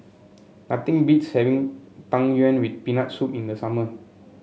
nothing beats having Tang Yuen with Peanut Soup in the summer